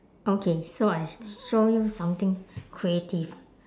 okay so I show you something creative